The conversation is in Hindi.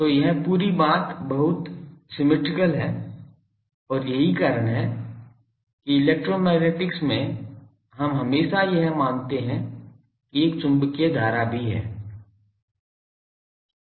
तो यह पूरी बात बहुत सममित है और यही कारण है कि इलेक्ट्रोमैग्नेटिक्स में हम हमेशा यह मानते हैं कि एक चुंबकीय धारा भी है